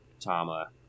tama